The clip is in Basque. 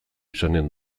izanen